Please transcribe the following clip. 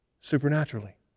Supernaturally